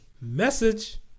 Message